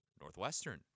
Northwestern